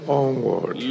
onward